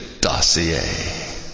Dossier